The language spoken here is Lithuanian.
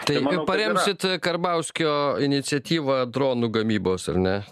tai kaip paremsit karbauskio iniciatyvą dronų gamybos ar ne